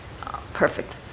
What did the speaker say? Perfect